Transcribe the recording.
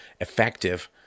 effective